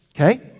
Okay